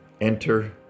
Enter